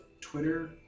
Twitter